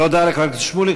תודה לחבר הכנסת שמולי.